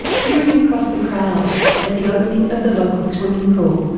peering across the crowds at the opening of the local swimming pool,